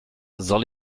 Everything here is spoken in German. soll